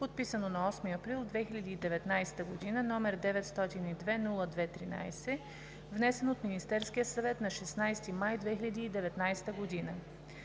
подписано на 8 април 2019 г., № 902-02-13, внесен от Министерския съвет на 16 май 2019 г.